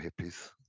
hippies